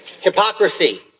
hypocrisy